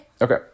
Okay